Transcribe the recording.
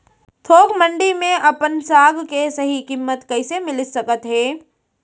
थोक मंडी में अपन साग के सही किम्मत कइसे मिलिस सकत हे?